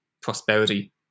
prosperity